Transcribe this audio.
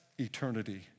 eternity